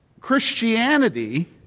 Christianity